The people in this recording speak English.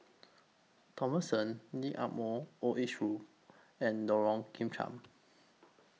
Thomson Lee Ah Mooi Old Age room and Lorong Kemunchup